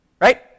Right